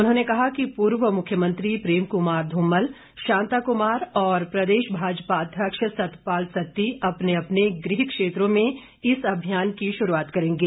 उन्होंने कहा कि पूर्व मुख्यमंत्री प्रेम कुमार धूमल शांता कुमार और प्रदेश भाजपा अध्यक्ष सतपाल सिंह सत्ती अपने अपने गृह क्षेत्रों में इस अभियान की शुरूआत करेंगे